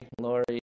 Lori